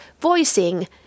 voicing